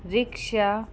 rickshaw